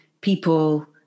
people